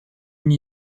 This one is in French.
une